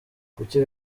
kuki